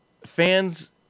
fans